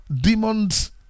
demons